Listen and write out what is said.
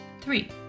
Three